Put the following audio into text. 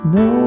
no